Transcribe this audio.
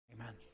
Amen